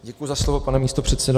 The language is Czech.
Děkuji za slovo, pane místopředsedo.